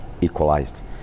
equalized